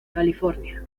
california